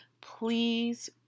Please